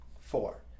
Four